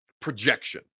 projection